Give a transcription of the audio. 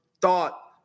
thought